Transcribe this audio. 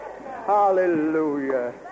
Hallelujah